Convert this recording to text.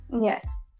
Yes